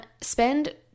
Spend